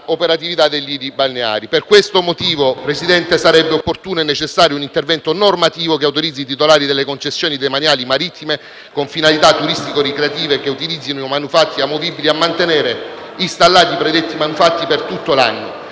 per questo motivo sarebbe opportuno e necessario un intervento normativo che autorizzi i titolari delle concessioni demaniali marittime con finalità turistico-ricreative che utilizzino manufatti amovibili a mantenere installati i predetti manufatti per tutto l'anno